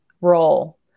role